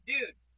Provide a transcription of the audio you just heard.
Dude